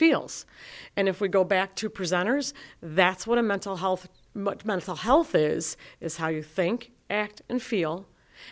feels and if we go back to presenters that's what a mental health mental health is is how you think act and feel